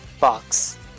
box